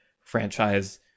franchise